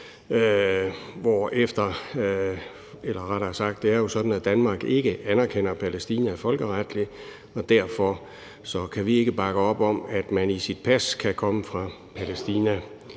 Det er jo sådan, at Danmark ikke anerkender Palæstina folkeretligt, og derfor kan vi ikke bakke op om, at man i sit pas kan komme fra Palæstina.